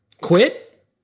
Quit